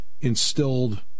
instilled